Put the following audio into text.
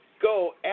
go